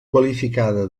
qualificada